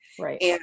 Right